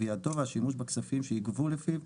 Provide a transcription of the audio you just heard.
גבייתו והשימוש בכספים שייגבו לפיו,